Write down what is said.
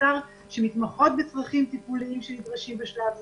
מעצר שמתמחות בצרכים טיפוליים שנדרשים בשלב זה,